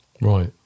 Right